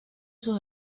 sus